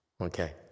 Okay